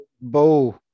bow